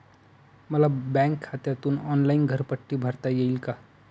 मला बँक खात्यातून ऑनलाइन घरपट्टी भरता येईल का?